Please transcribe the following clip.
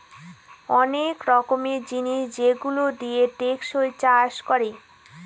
অনেক রকমের জিনিস যেগুলো দিয়ে টেকসই চাষ করে